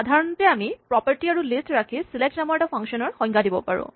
সাধাৰণতে আমি প্ৰপাৰটী আৰু লিষ্ট ৰাখি চিলেক্ট নামৰ এটা ফাংচনৰ সংজ্ঞা দিব পাৰোঁ